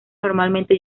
normalmente